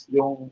Yung